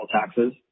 taxes